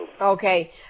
Okay